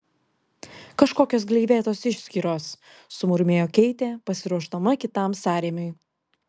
kažkokios gleivėtos išskyros sumurmėjo keitė pasiruošdama kitam sąrėmiui